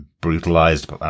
brutalized